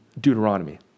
Deuteronomy